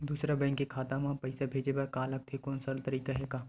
दूसरा बैंक के खाता मा पईसा भेजे बर का लगथे कोनो सरल तरीका हे का?